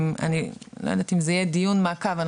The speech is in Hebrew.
אני לא יודעת אם זה יהיה דיון מעקב אבל